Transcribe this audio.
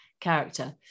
character